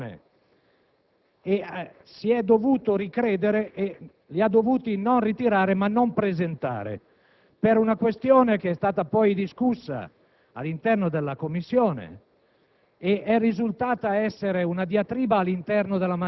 accolti e condivisi dall'opposizione. Si è dovuto ricredere e non ha potuto presentarli per una questione che è stata poi discussa all'interno della Commissione